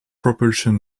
propulsion